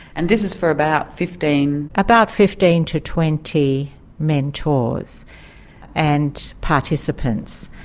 and this is for about fifteen. about fifteen to twenty mentors and participants.